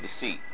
deceit